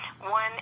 one